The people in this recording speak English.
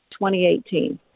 2018